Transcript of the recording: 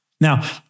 Now